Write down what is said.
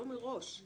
לא מראש.